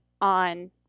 on